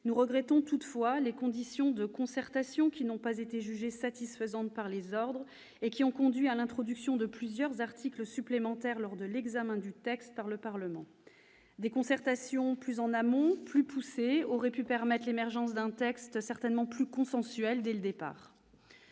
Nous regrettons toutefois les conditions de concertation, qui n'ont pas été jugées satisfaisantes par les ordres et qui ont conduit à l'introduction de plusieurs articles supplémentaires lors de l'examen du texte par le Parlement. Des concertations plus poussées en amont auraient pu permettre l'émergence d'un texte certainement plus consensuel dès le départ.